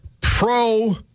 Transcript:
pro